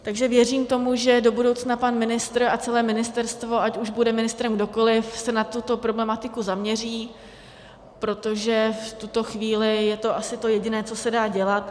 Takže věřím tomu, že do budoucna pan ministr a celé ministerstvo, ať už bude ministrem kdokoli, se na tuto problematiku zaměří, protože v tuto chvíli je to asi to jediné, co se dá dělat.